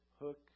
hook